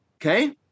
Okay